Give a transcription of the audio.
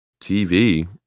TV